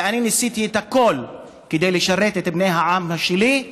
ואני ניסיתי הכול כדי לשרת את בני העם שלי,